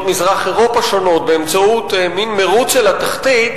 מזרח-אירופה שונות באמצעות סוג של מירוץ אל התחתית,